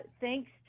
Thanks